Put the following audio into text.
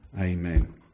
Amen